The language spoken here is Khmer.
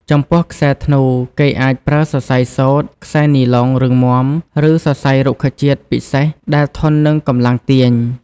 ចំពោះខ្សែធ្នូ គេអាចប្រើសរសៃសូត្រ ខ្សែនីឡុងរឹងមាំ ឬសរសៃរុក្ខជាតិពិសេសដែលធន់នឹងកម្លាំងទាញ។